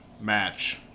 Match